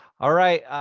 all right.